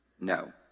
No